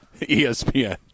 ESPN